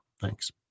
Thanks